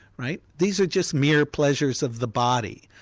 right? these are just mere pleasures of the body.